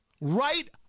Right